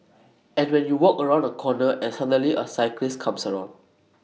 and when you walk around A corner and suddenly A cyclist comes around